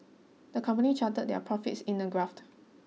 the company charted their profits in a graph